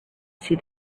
see